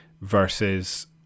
versus